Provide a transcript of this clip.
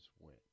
win